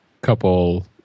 couple